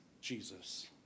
Jesus